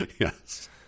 Yes